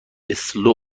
اسلو